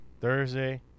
Thursday